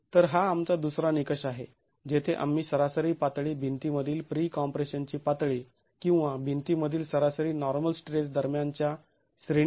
तर हा आमचा दुसरा निकष आहे जेथे आम्ही सरासरी पातळी भिंतीमधील प्री कॉम्प्रेशन ची पातळी किंवा भिंतीमधील सरासरी नॉर्मल स्ट्रेस दरम्यान च्या श्रेणीची अपेक्षा करतो बरोबर